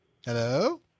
Hello